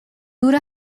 نور